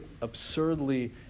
absurdly